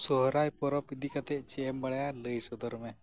ᱥᱚᱦᱚᱨᱟᱭ ᱯᱚᱨᱚᱵᱽ ᱤᱫᱤ ᱠᱟᱛᱮᱫ ᱪᱮᱫ ᱮᱢ ᱵᱟᱲᱟᱭᱟ ᱞᱟᱹᱭ ᱥᱚᱫᱚᱨ ᱢᱮ